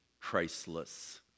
Christless